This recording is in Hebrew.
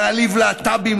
להעליב להט"בים,